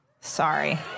Sorry